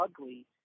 ugly